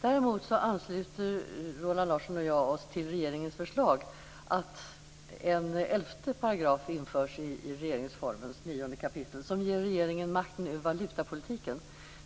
Däremot ansluter Roland Larsson och jag oss till regeringens förslag att det i regeringsformens 9 kap. införs en 11 § som ger regeringen makten över valutapolitiken.